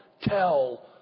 tell